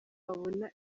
babona